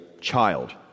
child